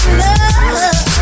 love